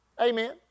Amen